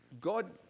God